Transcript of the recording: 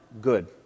good